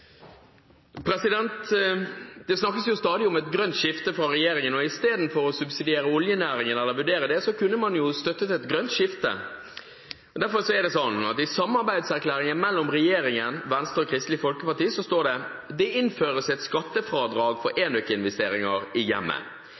regjeringen. Istedenfor å subsidiere oljenæringen – eller vurdere å gjøre det – kunne man jo støttet et grønt skifte. I samarbeidsavtalen mellom regjeringen, Venstre og Kristelig Folkeparti står det: «Det innføres et skattefradrag for ENØK-investeringer i hjemmet.»